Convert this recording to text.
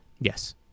Yes